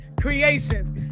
Creations